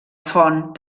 font